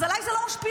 אז עליי זה לא משפיע.